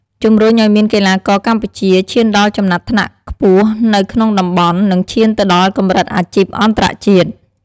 ជំរុញឱ្យមានកីឡាករកម្ពុជា ឈានដល់ចំណាត់ថ្នាក់ខ្ពស់នៅក្នុងតំបន់ និងឈានទៅដល់កម្រិតអាជីពអន្តរជាតិ។